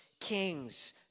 Kings